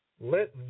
let